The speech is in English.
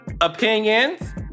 Opinions